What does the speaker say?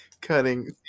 Cutting